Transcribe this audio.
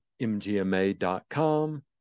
mgma.com